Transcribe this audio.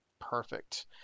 perfect